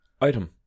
item